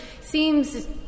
seems